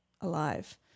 alive